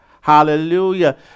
hallelujah